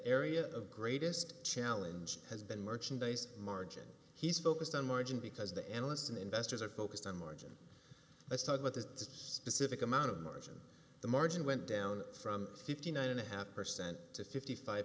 area of greatest challenge has been merchandise margin he's focused on margin because the analysts and investors are focused on margin let's talk about the specific amount of margin the margin went down from fifty nine and a half percent to fifty five